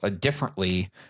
differently